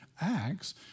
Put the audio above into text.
acts